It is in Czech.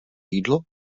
jídlo